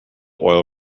oil